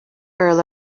earl